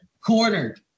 cornered